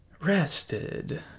rested